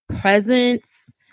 presence